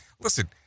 Listen